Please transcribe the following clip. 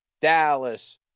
Dallas